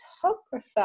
photographer